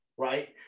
right